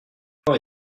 quand